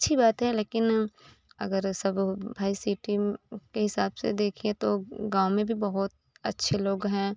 अच्छी बात है लेकिन अगर यह सब भाई सिटी के हिसाब से देखें तो गाँव में भी बहुत अच्छे लोग हैं